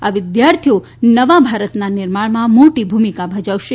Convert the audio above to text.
આ વિદ્યાર્થીઓ નવા ભારતના નિર્માણમાં મોટી ભૂમિકા ભજવશે